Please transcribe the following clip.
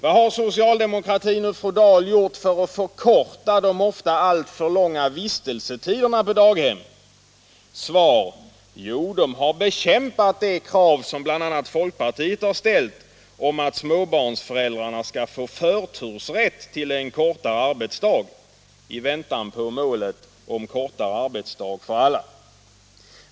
Vad har socialdemokratin och fru Dahl gjort för att förkorta de ofta alltför långa vistelsetiderna på daghemmen? Svar: Jo, de har bekämpat de krav som bl.a. folkpartiet ställt på att småbarnsföräldrarna skall få förtursrätt till en kortare arbetsdag i väntan på att vi når målet kortare arbetsdag för alla.